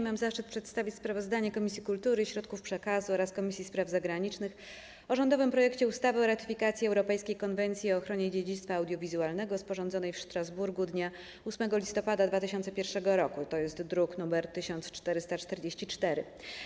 Mam zaszczyt przedstawić sprawozdanie Komisji Kultury i Środków Przekazu oraz Komisji Spraw Zagranicznych o rządowym projekcie ustawy o ratyfikacji Europejskiej Konwencji o ochronie dziedzictwa audiowizualnego, sporządzonej w Strasburgu dnia 8 listopada 2001 r., druk nr 1444.